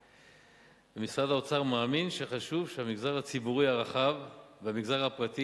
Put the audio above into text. משרד האוצר מאמין שחשוב שהמגזר הציבורי הרחב והמגזר הפרטי